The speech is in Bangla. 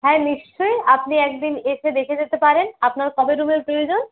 হ্যাঁ নিশ্চয়ই আপনি একদিন এসে দেখে যেতে পারেন আপনার কবে রুমের প্রয়োজন